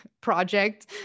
project